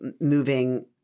moving